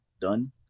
done